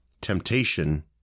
temptation